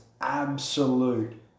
absolute